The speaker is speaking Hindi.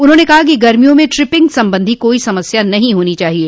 उन्होंने कहा कि गर्मियों में ट्रिपिंग संबंधी कोई समस्या नहीं होनी चाहिये